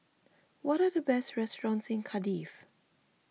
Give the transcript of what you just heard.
what are the best restaurants in Cardiff